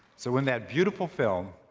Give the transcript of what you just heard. so in that beautiful film,